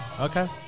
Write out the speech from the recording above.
Okay